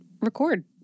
record